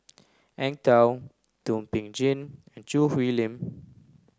Eng Tow Thum Ping Tjin and Choo Hwee Lim